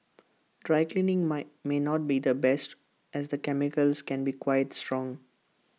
dry cleaning my may not be the best as the chemicals can be quite strong